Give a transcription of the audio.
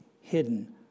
hidden